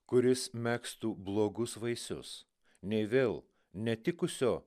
kuris megztų blogus vaisius nei vėl netikusio